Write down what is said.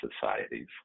societies